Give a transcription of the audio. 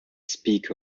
speak